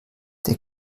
der